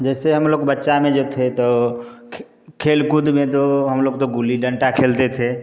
जैसे हम लोग बच्चा में जब थे तो खेल कूद में तो हम लोग तो गुल्ली डंडा खेलते थे